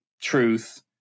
truth